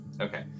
Okay